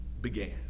began